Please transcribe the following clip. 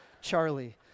Charlie